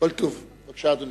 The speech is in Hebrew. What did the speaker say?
בבקשה, אדוני.